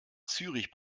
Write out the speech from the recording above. zürich